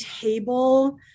table